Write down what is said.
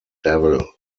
devil